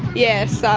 yes,